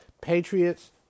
Patriots